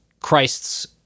Christ's